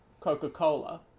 Coca-Cola